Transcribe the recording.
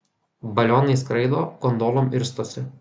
balionais skraido gondolom irstosi